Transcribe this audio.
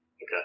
Okay